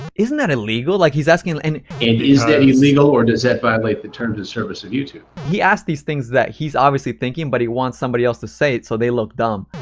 isn't that illegal? like, he's asking and and is that illegal or does that violate the terms of service of youtube? he asked these things that he's obviously thinking but he wants somebody else to say it so they look dumb.